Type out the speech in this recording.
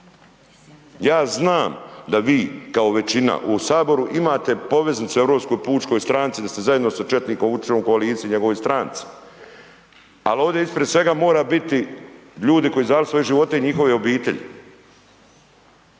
Ja znam da vi kao većina u Saboru imate poveznicu u Europskoj pučkoj stranci, da ste zajedno sa četnikom Vučićem u koaliciji i njegovoj stranci, ali ovdje ispred svega mora biti ljudi koji su dali svoje živote i njihove obitelji.